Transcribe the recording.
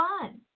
fun